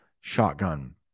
shotgun